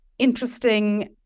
interesting